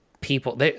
people